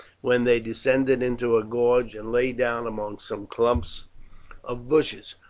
when they descended into a gorge and lay down among some clumps of bushes,